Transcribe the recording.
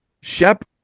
Shep